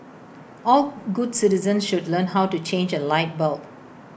all good citizens should learn how to change A light bulb